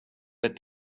but